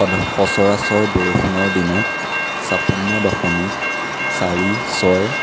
সদ সচৰাচৰ বৰষুণৰ দিনত ছাপন্ন দশমিক চাৰি ছয়